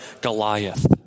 goliath